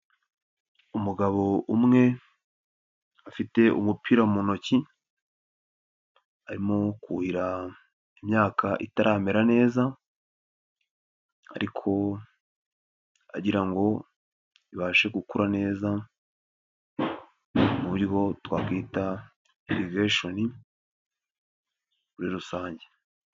Umugabo umwe afite umupira mu ntoki, arimo kuhira imyaka itaramera neza ariko agira ngo ibashe gukura neza. Mu buryo twakwita Innovation muri rusange.